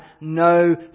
no